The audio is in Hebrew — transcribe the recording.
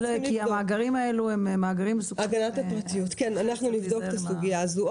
אנחנו נבדוק את הסוגיה הזאת.